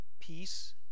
Peace